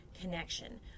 connection